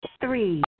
Three